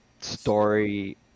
story